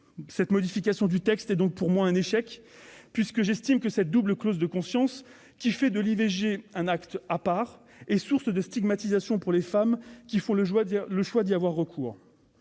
Cette modification du texte est donc pour moi un échec, puisque j'estime que cette double clause de conscience, qui fait de l'IVG un acte à part, est source de stigmatisation pour les femmes qui font le choix d'y avoir recours.